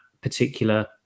particular